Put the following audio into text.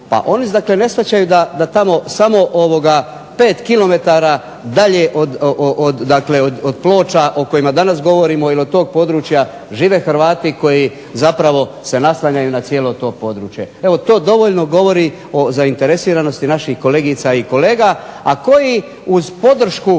oni ne shvaćaju da tamo samo 5 km dalje od Ploča o kojima danas govorimo ili područja žive Hrvati koji zapravo se naslanjaju na cijelo to područje. To dovoljno govori o zainteresiranosti naših kolegica i kolega, a koji uz podršku